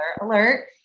alert